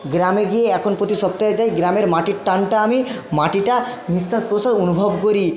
গ্রামে গিয়ে এখন প্রতি সপ্তাহে যাই গ্রামের মাটির টানটা আমি মাটিটার নিঃশ্বাস প্রশ্বাস অনুভব করি